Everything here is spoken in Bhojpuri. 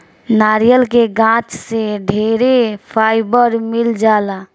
नारियल के गाछ से ढेरे फाइबर मिल जाला